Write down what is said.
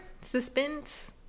Suspense